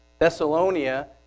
Thessalonia